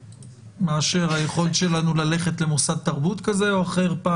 מאשר היכולת שלנו ללכת למוסד תרבות כזה או אחר.